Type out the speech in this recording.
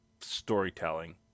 storytelling